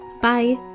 Bye